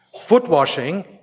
foot-washing